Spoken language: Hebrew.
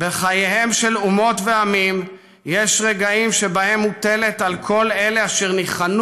"בחייהם של אומות ועמים יש רגעים שבהם מוטלת על כל אלה אשר ניחנו